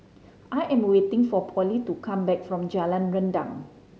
I am waiting for Polly to come back from Jalan Rendang